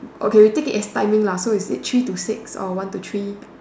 okay take it as timing lah so is it three to six or one to three